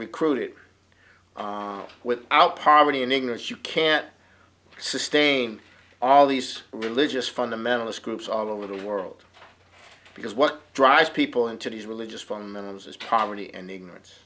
recruited with out poverty and ignorance you can't sustain all these religious fundamentalist groups all over the world because what drives people into these religious fundamentalists is comedy and ignorance